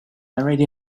already